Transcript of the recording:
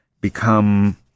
become